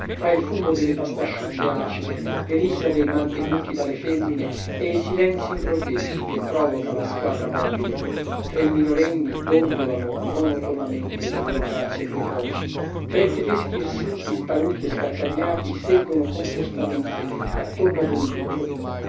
tra il fumo delle pastasciutte acide le risa dei mantenuti dalle femmine e i silenzii improvvisi che provoca la squadra mobile tre minorenni dondolano monotonamente le loro grazie precoci tre tedeschi irsuti sparuti e scalcagnati seggono compostamente attorno ad un litro